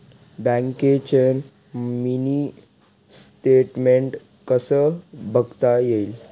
बँकेचं mini statement कसं बघता येईल?